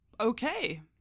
okay